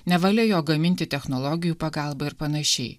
nevalia jo gaminti technologijų pagalba ir panašiai